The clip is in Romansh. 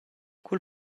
cul